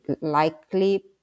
likely